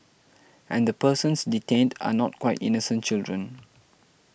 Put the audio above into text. and the persons detained are not quite innocent children